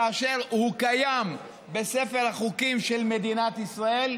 כאשר הוא קיים בספר החוקים של מדינת ישראל,